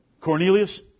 Cornelius